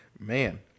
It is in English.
Man